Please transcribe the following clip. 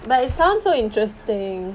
but it sounds so interesting